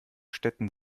städten